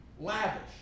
Lavish